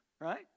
Right